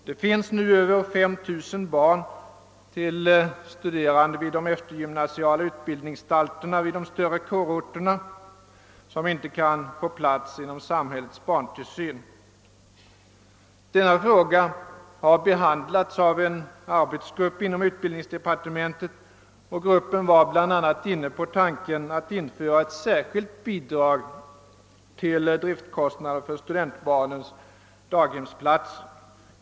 Det finns nu över 5 000 barn till studerande vid de eftergymnasiala utbildningsanstalterna, för vilka möjligheter saknas till placering inom samhällets anordningar för barntillsyn. Denna fråga har behandlats av en arbetsgrupp inom utbildningsdepartementet, och gruppen var bl.a. inne på tanken att införa ett särskilt bidrag till driftkostnader för studentbarnens daghemsplatser.